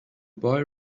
boy